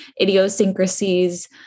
idiosyncrasies